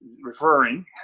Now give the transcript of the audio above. referring